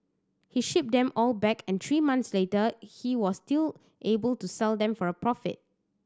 he shipped them all back and three months later he was still able to sell them for a profit